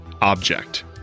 object